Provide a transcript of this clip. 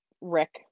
Rick